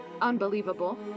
unbelievable